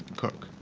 cook.